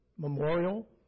Memorial